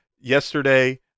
Yesterday